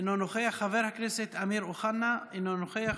אינו נוכח, חבר הכנסת אמיר אוחנה, אינו נוכח,